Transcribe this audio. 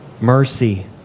Mercy